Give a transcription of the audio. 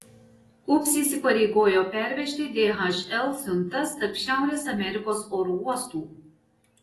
ups įsipareigojo pervežti dhl siuntas tarp šiaurės amerikos oro uostų